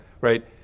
right